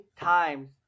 times